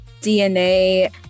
DNA